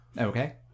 Okay